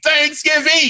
Thanksgiving